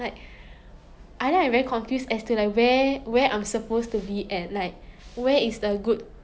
like every side is always encouraging another thing so